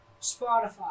Spotify